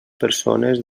persones